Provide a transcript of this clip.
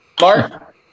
mark